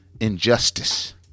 injustice